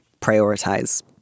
prioritize